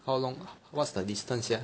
how long what's the distance sia